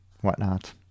whatnot